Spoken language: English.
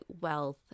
wealth